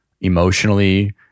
emotionally